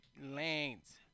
lanes